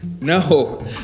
no